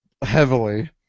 Heavily